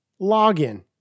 login